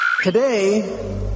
Today